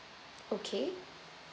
okay